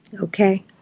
Okay